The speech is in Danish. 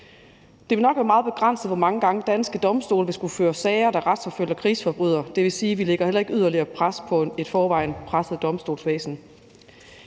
Det vil nok være meget begrænset, hvor mange gange danske domstole vil skulle føre sager, der retsforfølger krigsforbrydere. Det vil sige, at vi heller ikke lægger yderligere pres på et i forvejen presset domstolsvæsen.